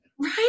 Right